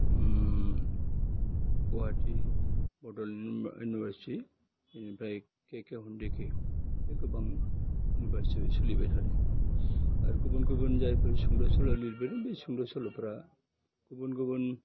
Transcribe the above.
उम गहाटी बड'लेण्ड इउनिभारसिटि बेनिफ्राय केके हेन्दीखइ बे गोबां इउनिभारसिटि आव सोलिबाय थादों आरो गुबुन गुबुन जायफोर सुंद' सल' लिरगोन बे सुंद' सल'फ्रा गुबुन गुबुन